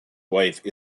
wife